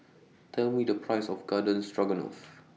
Tell Me The Price of Garden Stroganoff